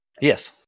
Yes